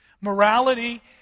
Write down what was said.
Morality